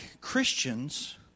Christians